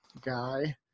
guy